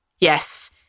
Yes